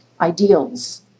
ideals